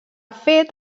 fet